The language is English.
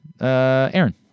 aaron